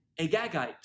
Agagite